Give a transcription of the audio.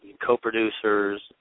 co-producers